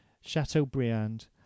Chateaubriand